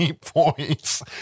Points